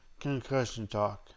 concussiontalk